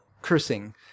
cursing